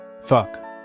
Fuck